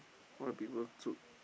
all the people chun